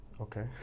Okay